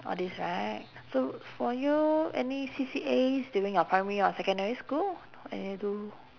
all these right so for you any C_C_As during your primary or secondary schools and you do